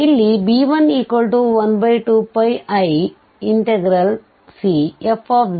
ಇಲ್ಲಿ b112πiCfzdz